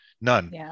None